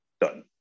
done